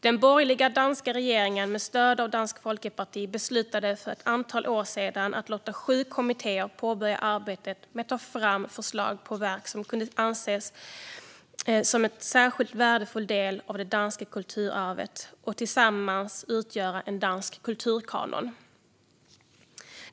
Den borgerliga danska regeringen beslutade för ett antal år sedan, med stöd av Dansk Folkeparti, att låta sju kommittéer påbörja arbetet med att ta fram förslag på verk som kunde anses som en särskilt värdefull del av det danska kulturarvet och tillsammans utgöra en dansk kulturkanon.